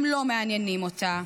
הם לא מעניינים אותה.